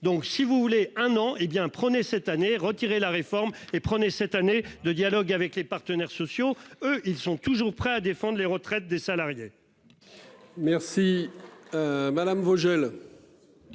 donc si vous voulez un an hé bien prenez cette année retirer la réforme et cette année de dialogue avec les partenaires sociaux, eux, ils sont toujours prêts à défendre les retraites des salariés. Merci. Madame Vogel.